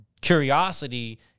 Curiosity